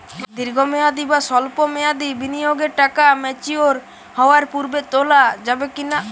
দীর্ঘ মেয়াদি বা সল্প মেয়াদি বিনিয়োগের টাকা ম্যাচিওর হওয়ার পূর্বে তোলা যাবে কি না?